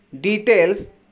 details